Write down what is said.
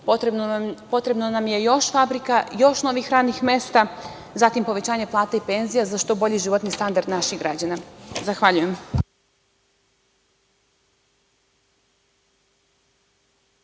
Potrebno nam je još fabrika, još novih radnih mesta, zatim povećanje plata i penzija za što bolji životni standard naših građana. Zahvaljujem.